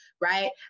Right